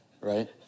right